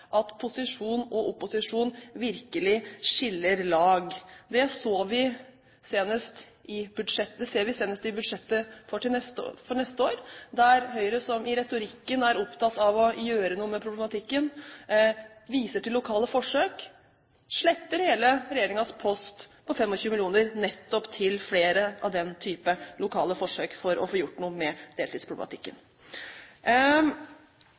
at posisjon og opposisjon virkelig skiller lag. Det ser vi senest i budsjettet for neste år, der Høyre, som i retorikken er opptatt av å gjøre noe med problematikken, viser til lokale forsøk, men sletter hele regjeringens post på 25 mill. kr til nettopp flere av den typen lokale forsøk for å få gjort noe med deltidsproblematikken.